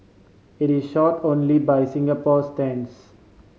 it is short only by Singapore standards